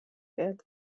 wird